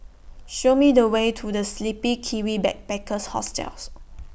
Show Me The Way to The Sleepy Kiwi Backpackers Hostel